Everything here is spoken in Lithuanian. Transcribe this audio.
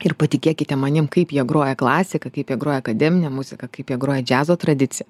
ir patikėkite manim kaip jie groja klasiką kaip jie groja akademinę muziką kaip jie groja džiazo tradiciją